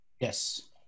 Yes